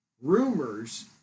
rumors